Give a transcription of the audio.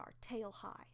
tail-high